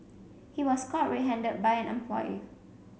he was caught red handed by an employee